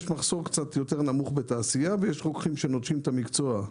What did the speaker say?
יש מחסור קצת יותר נמוך בתעשייה ויש רוקחים שנוטשים את המקצוע,